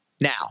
Now